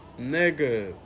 nigga